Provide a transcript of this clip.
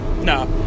no